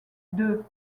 deux